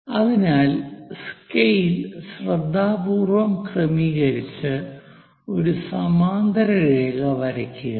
അതിനാൽ സ്കെയിൽ ശ്രദ്ധാപൂർവ്വം ക്രമീകരിച്ച് ഒരു സമാന്തര രേഖ വരയ്ക്കുക